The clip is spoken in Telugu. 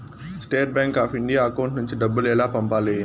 State bank of India account నుంచి డబ్బులు ఎలా పంపాలి?